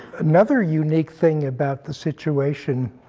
another unique thing about the situation